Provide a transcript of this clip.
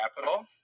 capital